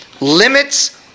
limits